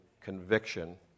conviction